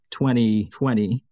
2020